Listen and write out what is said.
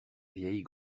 vieille